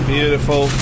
Beautiful